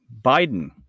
Biden